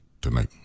tonight